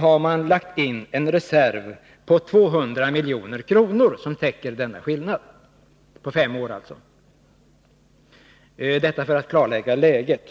har man lagt in en reserv på 200 milj.kr. som täcker denna skillnad, på fem år alltså. Jag säger detta för att klarlägga läget.